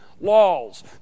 laws